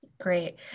Great